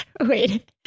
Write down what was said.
Wait